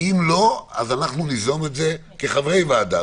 כי אם לא אנחנו ניזום את זה כחברי ועדה.